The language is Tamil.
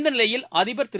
இந்தநிலையில் அதிபர் திரு